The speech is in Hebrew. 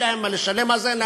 אין להם ממה לשלם על זה,